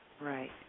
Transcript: Right